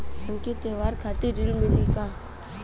हमके त्योहार खातिर ऋण मिली का?